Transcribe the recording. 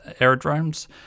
aerodromes